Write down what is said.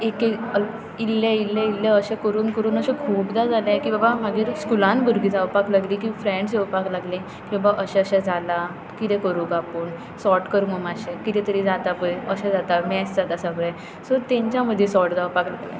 एक एक इल्लें इल्लें इल्लें अशें करून करून अशें खुबदां जालें की बाबा मागीर स्कुलान झगडीं जावपाक लागलीं ती फ्रेंड्स येवपाक लागलीं की बाबा अशें अशें जालां कितें करूं काय म्हूण आपूण सॉर्ट कर मुगो मात्शें कितें तरी जाता पळय अशें जाता मॅस जाता सगळें तर तांच्या मदीं सॉर्ट जावपाक लागलें